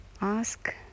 ask